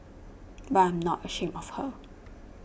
but I'm not ashamed of her